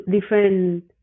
different